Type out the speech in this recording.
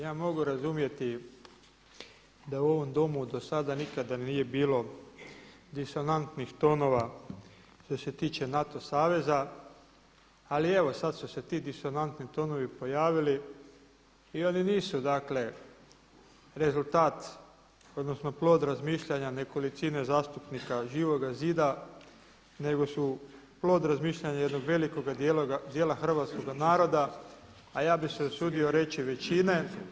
Ja mogu razumjeti da u ovom Domu do sada nikada nije bilo disonantnih tonova što se tiče NATO saveza, ali evo sad su se ti disonantni tonovi pojavili i oni nisu, dakle rezultat, odnosno plod razmišljanja nekolicine zastupnika Živoga zida, nego su plod razmišljanja jednog velikoga dijela hrvatskoga naroda, a ja bih se usudio reći većine.